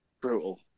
Brutal